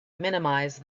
minimize